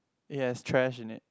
yes trash in it